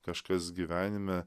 kažkas gyvenime